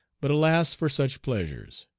but alas for such pleasures!